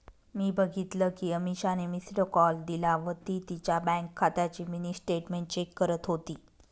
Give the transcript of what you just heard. मी बघितल कि अमीषाने मिस्ड कॉल दिला व ती तिच्या बँक खात्याची मिनी स्टेटमेंट चेक करत होती